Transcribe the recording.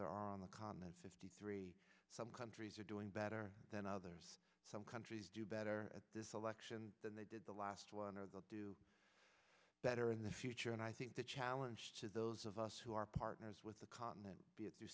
are on the continent fifty three some countries are doing better than others some countries do better at this selection than they did the last one to do better in the future and i think the challenge to those of us who are partners with the continent